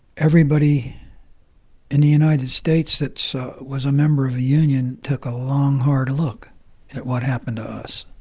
everybody in the united states that so was a member of a union took a long, hard look at what happened to us.